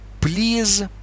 please